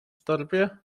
torbie